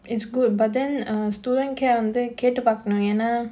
it's good but then err student care வந்து கேட்டுபாக்கனு ஏனா:vandhu kaettuppaakkanu yaenaa